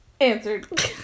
Answered